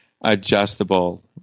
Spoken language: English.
adjustable